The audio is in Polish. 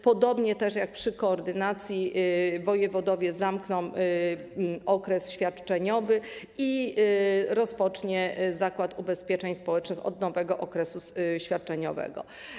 Podobnie też jak w przypadku koordynacji, wojewodowie zamkną okres świadczeniowy i rozpocznie Zakład Ubezpieczeń Społeczny od nowego okresu świadczeniowego.